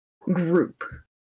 group